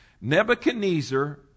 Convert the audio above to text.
Nebuchadnezzar